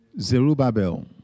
Zerubbabel